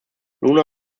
luna